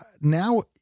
Now